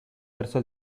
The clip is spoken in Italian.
verso